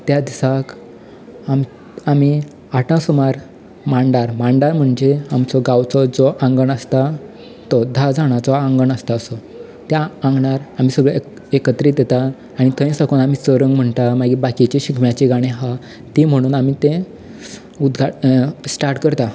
आनी त्या दिसा भायर सरता पळय त्या दिसाक आमी आठां सुमार मांडार मांडार म्हणजे आमचो गांवचो जो आंगण आसता तो धा जाणाचो आंगण आसता असो त्या आंगणार आमी सगळे एकत्रीत येता आनी थंय साकून आमी सोरंग म्हणटा बाकीची शिगम्याची गाणीं तीं म्हणून तें उद् स्टाट करता